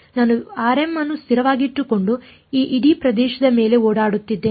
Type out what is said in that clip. ನಾನು rm ಅನ್ನು ಸ್ಥಿರವಾಗಿಟ್ಟುಕೊಂಡು ಈ ಇಡೀ ಪ್ರದೇಶದ ಮೇಲೆ ಓಡುತ್ತಿದ್ದೇನೆ